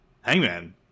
Hangman